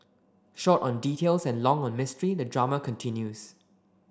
short on details and long on mystery the drama continues